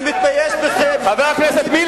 אני מתבייש בכם.